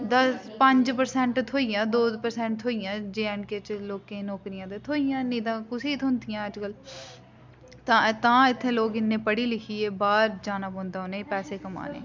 दस पंज प्रसैंट थ्होई दो प्रसैंट थ्होई जा जे ऐंड के च लोकें ई नौकरियां ते थ्होंहियां कुसै गी थ्होंदियां न अज्जकल तां तां इत्थें लोक इन्ने पढ़ी लिखियै बाह्र जाना पौंदा उ'नेंगी पैसे कमाने गी